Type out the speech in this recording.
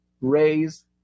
raise